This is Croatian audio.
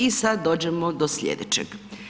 I sad dođemo do slijedećeg.